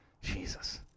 Jesus